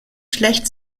schlecht